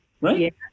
right